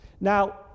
Now